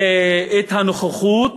את הנוכחות